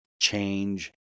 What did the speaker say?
Change